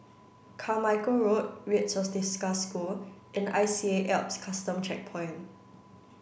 Carmichael Road Red Swastika School and I C A Alps Custom Checkpoint